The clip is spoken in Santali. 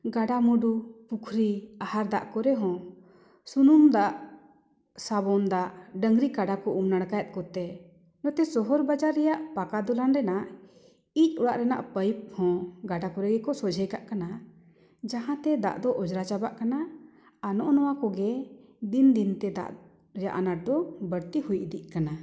ᱜᱟᱰᱟ ᱢᱩᱰᱩ ᱯᱩᱠᱷᱨᱤ ᱟᱦᱟᱨ ᱫᱟᱜ ᱠᱚᱨᱮ ᱦᱚᱸ ᱥᱩᱱᱩᱢ ᱫᱟᱜ ᱥᱟᱵᱚᱱ ᱫᱟᱜ ᱰᱟᱝᱨᱤ ᱠᱟᱰᱟ ᱠᱚ ᱩᱢ ᱱᱟᱲᱠᱟᱭᱮᱫ ᱠᱚᱛᱮ ᱱᱚᱛᱮ ᱥᱚᱦᱚᱨ ᱵᱟᱡᱟᱨ ᱨᱮᱱᱟᱜ ᱯᱟᱠᱟ ᱫᱚᱞᱟᱱ ᱨᱮᱱᱟᱜ ᱤᱡ ᱚᱲᱟᱜ ᱨᱮᱱᱟᱜ ᱯᱟᱭᱤᱯ ᱦᱚᱸ ᱜᱟᱰᱟ ᱠᱚᱨᱮ ᱜᱮᱠᱚ ᱥᱚᱡᱷᱮ ᱠᱟᱜ ᱠᱟᱱᱟ ᱡᱟᱦᱟᱸᱛᱮ ᱫᱟᱜ ᱫᱚ ᱚᱡᱽᱨᱟ ᱪᱟᱵᱟᱜ ᱠᱟᱱᱟ ᱟᱨ ᱱᱚᱜᱼᱚ ᱱᱚᱣᱟ ᱠᱚᱜᱮ ᱫᱤᱱ ᱫᱤᱱ ᱛᱮ ᱫᱟᱜ ᱨᱮᱱᱟᱜ ᱟᱱᱟᱴ ᱫᱚ ᱵᱟᱹᱲᱛᱤ ᱦᱩᱭ ᱤᱫᱤᱜ ᱠᱟᱱᱟ